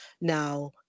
now